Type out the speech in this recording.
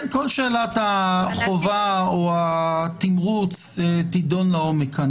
כל שאלת החובה או התמרוץ תידון כאן לעומק.